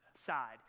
side